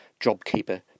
JobKeeper